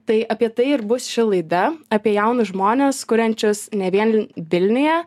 tai apie tai ir bus ši laida apie jaunus žmones kuriančius ne vien vilniuje